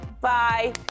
Bye